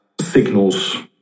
signals